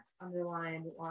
underlying